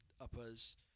uppers